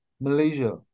Malaysia